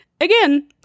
Again